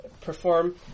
perform